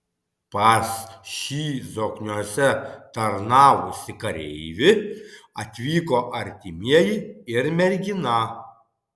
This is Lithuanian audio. pas šį zokniuose tarnavusį kareivį atvyko artimieji ir mergina